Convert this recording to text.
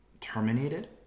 terminated